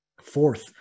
fourth